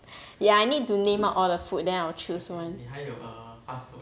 ya I need to name out all the food then I'll choose one